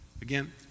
again